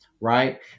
Right